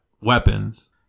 weapons